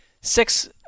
Six